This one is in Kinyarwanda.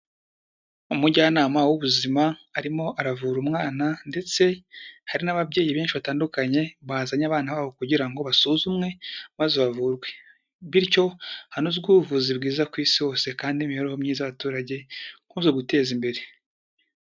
Umujyanama w'ubuzima arimo aravura umwana ndetse hari n'ababyeyi benshi batandukanye, bazanye abana babo kugira ngo basuzumwe maze bavurwe, bityo hanozwe ubuvuzi bwiza ku Isi hose kandi imibereho myiza y'abaturage ikomeze gutezwa imbere.